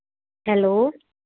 hello